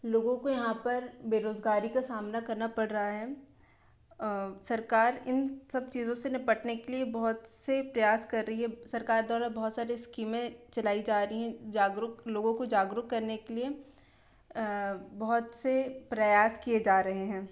लोगो को यहाँ पर बेरोज़गारी का सामना करना पड़ रहा है सरकार इन सब चीज़ों से निपटने के लिए बहुत से प्रयास कर रही है सरकार द्वारा बहुत सारे स्कीमें चलाई जा रही हैं जागरूक लोगों को जागरूक करने के लिए बहुत से प्रयास किया जा रहे हैं